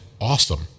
awesome